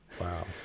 Wow